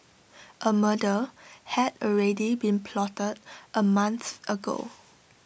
A murder had already been plotted A month ago